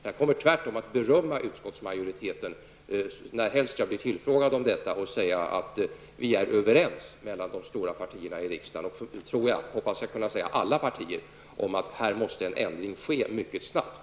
Jag kommer tvärtom att berömma utskottsmajoriteten närhelst jag blir tillfrågad om detta och säga att de stora partierna i riksdagen -- och jag hoppas kunna säga alla partier -- är överens om att en ändring här måste ske mycket snabbt.